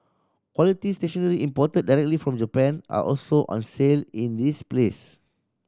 quality stationery imported directly from Japan are also on sale in this place